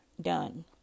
done